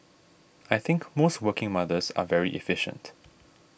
I think most working mothers are very efficient